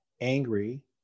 angry